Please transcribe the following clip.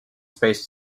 space